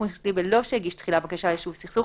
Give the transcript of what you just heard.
משפחתי בלא שהגיש תחילה בקשה ליישוב סכסוך,